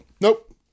nope